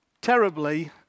terribly